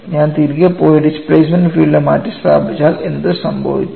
ഞാൻ തിരികെ പോയി ഡിസ്പ്ലേസ്മെൻറ് ഫീൽഡ് മാറ്റി സ്ഥാപിച്ചാൽ എന്ത് സംഭവിക്കും